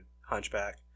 Hunchback